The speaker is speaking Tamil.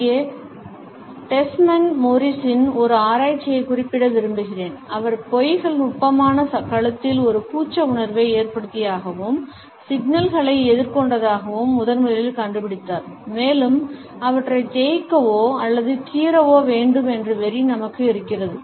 இங்கே டெஸ்மண்ட் மோரிஸின் ஒரு ஆராய்ச்சியைக் குறிப்பிட விரும்புகிறேன் அவர் பொய்கள் நுட்பமான கழுத்தில் ஒரு கூச்ச உணர்வை ஏற்படுத்தியதாகவும் சிக்கல்களை எதிர்கொண்டதாகவும் முதன்முதலில் கண்டுபிடித்தார் மேலும் அவற்றைத் தேய்க்கவோ அல்லது கீறவோ வேண்டும் என்ற வெறி நமக்கு இருக்கிறது